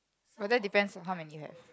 oh that depends on how many you have